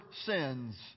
sins